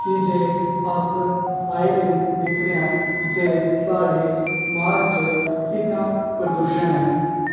की जे अस आये दिन दिक्खने आं जे साढ़े समाज च किन्ना प्रदूषण ऐ